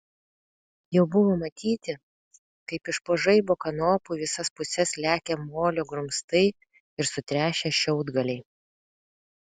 jau buvo matyti kaip iš po žaibo kanopų į visas puses lekia molio grumstai ir sutrešę šiaudgaliai